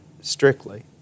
strictly